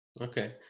Okay